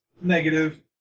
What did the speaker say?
negative